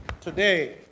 today